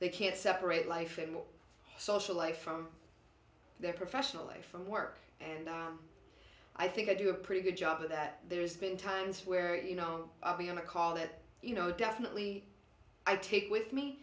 they can't separate life and more social life from their professional life from work and i think i do a pretty good job of that there's been times where you know i'll be on a call that you know definitely i take with me